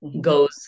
goes